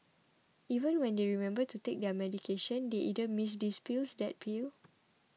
even when they remember to take their medication they either miss this pill that pill